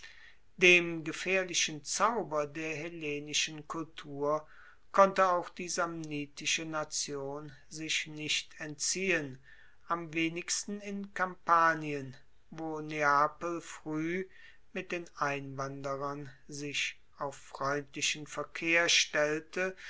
dem gefaehrlichen zauber der hellenischen kultur konnte auch die samnitische nation sich nicht entziehen am wenigsten in kampanien wo neapel frueh mit den einwanderern sich auf freundlichen verkehr stellte